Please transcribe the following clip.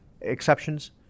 exceptions